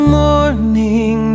morning